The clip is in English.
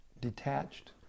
detached